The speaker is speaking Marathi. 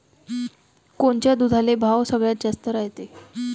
कोनच्या दुधाले भाव सगळ्यात जास्त रायते?